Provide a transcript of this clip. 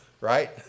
Right